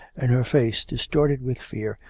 and her face distorted with fear,